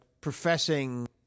professing